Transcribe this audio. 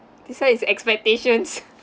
this [one] is expectations